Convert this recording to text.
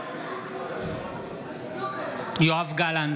(קורא בשמות חברי הכנסת) יואב גלנט,